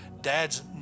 dad's